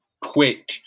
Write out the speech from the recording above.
quick